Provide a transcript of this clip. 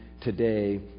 today